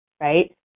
right